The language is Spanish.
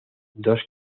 dos